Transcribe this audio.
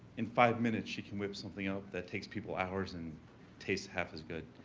in five minutes, she can whip something up that takes people hours and tastes half as good.